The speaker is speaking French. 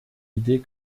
idée